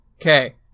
Okay